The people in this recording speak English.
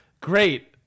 great